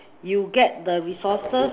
you get the resources